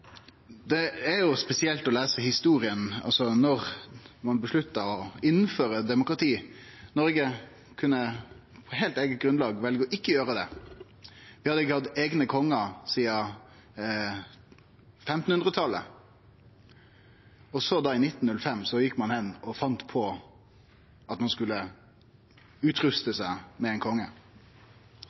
Det er spesielt å lese historia om da ein vedtok å innføre demokrati. Noreg kunne på heilt eige grunnlag valt ikkje å gjere det. Vi hadde ikkje hatt eigne kongar sidan 1500-talet, og så, i 1905, fann ein på at ein skulle utruste seg med ein konge.